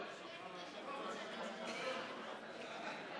מכשור וטכנולוגיות רפואיות חדשות לסל שירותי הבריאות לשנת 2021),